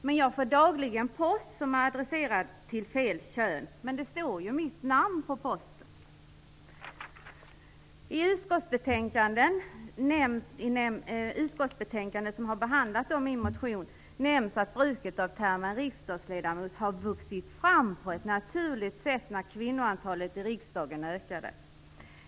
Men jag får dagligen post som är adresserad till fel kön, men det står ju mitt namn på posten. I utskottsbetänkandet där min motion behandlas nämns att bruket av termen riksdagsledamot har vuxit fram på ett naturligt sätt när kvinnoantalet i riksdagen ökat.